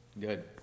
good